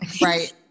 Right